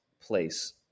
place